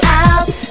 out